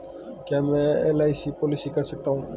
क्या मैं LIC policy कर सकता हूं?